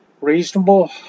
reasonable